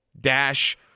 dash